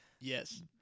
Yes